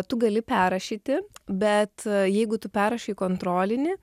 tu gali perrašyti bet jeigu tu parašei kontrolinį